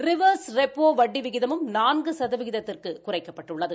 reverse repo வட்டி வீதமும் நான்கு சதவீதத்திற்கு குறைக்கப்பட்டுள்ளது